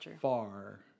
far